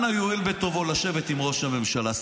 אנא יואיל בטובו לשבת עם ראש הממשלה,